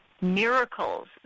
miracles